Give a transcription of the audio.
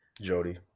Jody